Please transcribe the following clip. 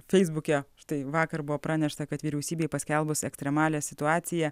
feisbuke štai vakar buvo pranešta kad vyriausybei paskelbus ekstremalią situaciją